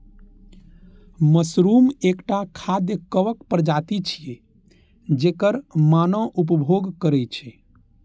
mushroom एकटा खाद्य कवक प्रजाति छियै, जेकर मानव उपभोग करै छै